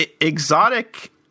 exotic